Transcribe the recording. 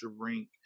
drink